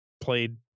played